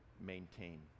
maintain